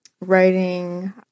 writing